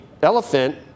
Elephant